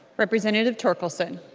representative torkelson